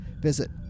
visit